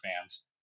fans